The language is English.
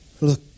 Look